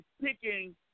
picking